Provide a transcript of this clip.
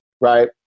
right